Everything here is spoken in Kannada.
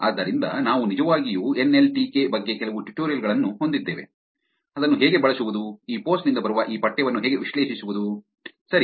ಆದ್ದರಿಂದ ನಾವು ನಿಜವಾಗಿಯೂ ಎನ್ ಎಲ್ ಟಿ ಕೆ ಬಗ್ಗೆ ಕೆಲವು ಟ್ಯುಟೋರಿಯಲ್ ಗಳನ್ನು ಹೊಂದಿದ್ದೇವೆ ಅದನ್ನು ಹೇಗೆ ಬಳಸುವುದು ಈ ಪೋಸ್ಟ್ ನಿಂದ ಬರುವ ಈ ಪಠ್ಯವನ್ನು ಹೇಗೆ ವಿಶ್ಲೇಷಿಸುವುದು ಸರಿ